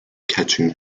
catching